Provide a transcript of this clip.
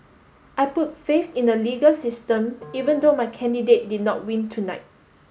I put faith in the legal system even though my candidate did not win tonight